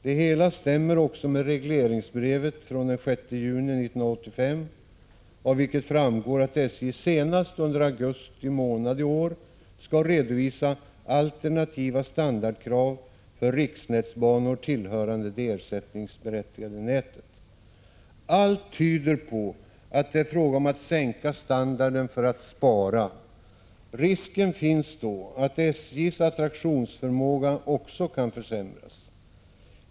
Det hela stämmer också med regleringsbrevet från den 6 juni 1985, av vilket framgår att SJ senast under augusti månad i år skall redovisa alternativa standardkrav för riksnätsbanor tillhörande det ersättningsberättigade nätet. Allt tyder på att det är fråga om att sänka standarden för att spara. Då finns risken att SJ:s attraktionsförmåga också försämras.